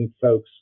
folks